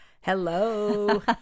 Hello